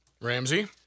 Ramsey